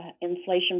inflation